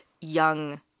young